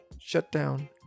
shutdown